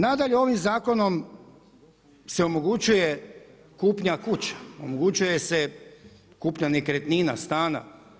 Nadalje ovim zakonom se omogućuje kupnja kuće, omogućuje se kupnja nekretnina, stana.